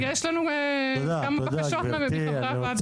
יש לנו גם כמה בקשות מחברי הוועדה.